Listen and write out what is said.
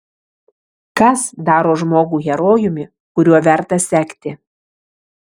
kas daro žmogų herojumi kuriuo verta sekti